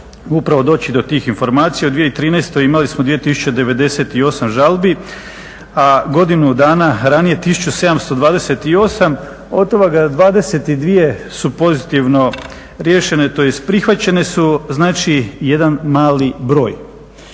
upravo doći do tih informacija. U 2013. imali smo 2098 žalbi, a godinu dana ranije 1728, od toga 22 su pozitivno riješene tj. prihvaćene su. Znači jedan mali broj.